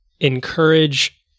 encourage